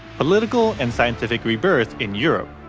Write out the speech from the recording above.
political, and scientific rebirth in europe.